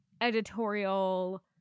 editorial